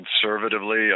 conservatively